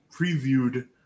previewed